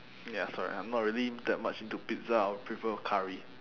ya sorry I'm not really that much into pizza I would prefer curry